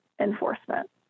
enforcement